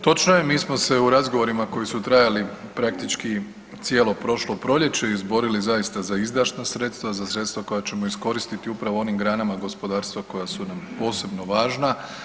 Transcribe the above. Točno je, mi smo se u razgovorima koji su trajali praktički cijelo prošlo proljeće izborili zaista za izdašna sredstva, za sredstva koja ćemo iskoristiti upravo u onim granama gospodarstva koja su nam posebno važna.